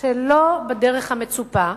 שלא בדרך המצופה,